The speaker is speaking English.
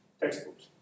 Textbooks